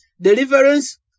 deliverance